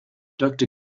doctor